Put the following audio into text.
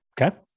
Okay